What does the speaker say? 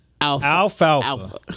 Alfalfa